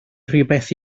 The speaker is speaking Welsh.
rhywbeth